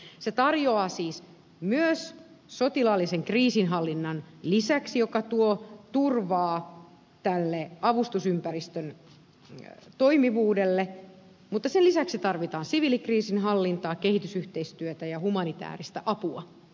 se tarjoaa siis sotilaallista kriisinhallintaa joka tuo turvaa tälle avustusympäristön toimivuudelle mutta sen lisäksi tarvitaan siviilikriisinhallintaa kehitysyhteistyötä ja humanitääristä apua